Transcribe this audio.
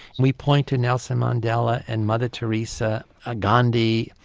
we point to nelson mandela and mother theresa, ah gandhi,